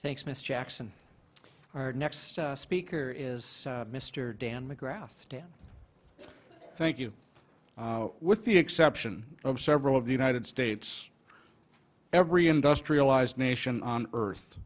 thanks mr jackson our next speaker is mr dan mcgrath dan thank you with the exception of several of the united states every industrialized nation on earth